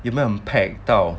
有没有 impact 到